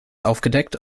aufgedeckt